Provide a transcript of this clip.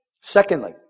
Secondly